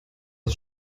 ist